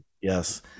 yes